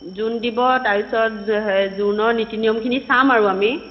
জোৰোণ দিব তাৰপিছত যে সে জোৰোণৰ নীতি নিয়মখিনি চাম আৰু আমি